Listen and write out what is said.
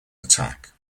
attack